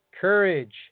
courage